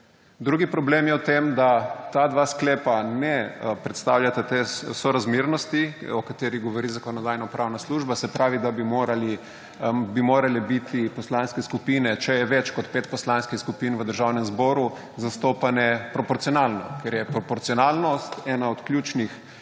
Drugi problem je v tem, da ta dva sklepa ne predstavljata te sorazmernosti, o kateri govori Zakonodajno-pravna služba, se pravi, da bi morale biti poslanske skupine, če je več kot pet poslanskih skupin v Državnem zboru, zastopane proporcionalno, ker je proporcionalnost eden od ključnih